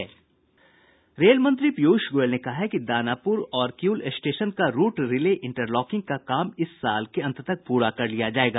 rail मंत्री पीयूष गोयल ने कहा है कि दानापुर और किउल स्टेशन का रूट रिले इंटरलॉकिंग का काम इस साल के अंत तक पूरा कर लिया जायेगा